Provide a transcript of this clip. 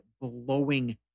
blowing